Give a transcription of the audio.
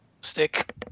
stick